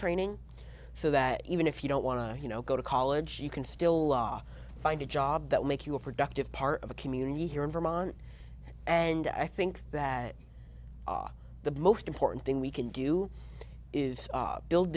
training so that even if you don't want to you know go to college you can still find a job that make you a productive part of a community here in vermont and i think that the most important thing we can do is build